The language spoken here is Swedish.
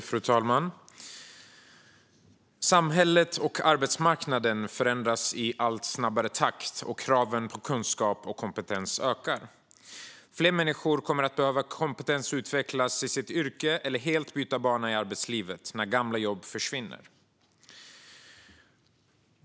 Fru talman! Samhället och arbetsmarknaden förändras i allt snabbare takt, och kraven på kunskap och kompetens ökar. Fler människor kommer att behöva kompetensutvecklas i sitt yrke eller helt byta bana i arbetslivet när gamla jobb försvinner.